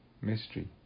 mystery